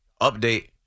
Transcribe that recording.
Update